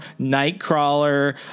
Nightcrawler